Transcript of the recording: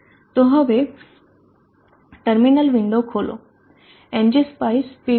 તો હવે terminal window ખોલો એનજી સ્પાઈસ pv